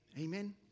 Amen